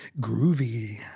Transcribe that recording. groovy